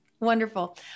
Wonderful